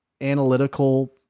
analytical